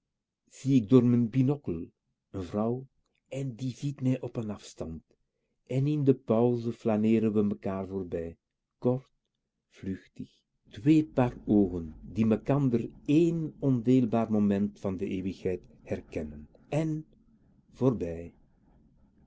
n vrouw en die ziet mij op n afstand en in de pauze flaneeren we mekaar voorbij kort vluchtig twee paar oogen die mekander één ondeelbaar moment van de eeuwigheid herkennen en